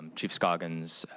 and chief scoggins,